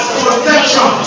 protection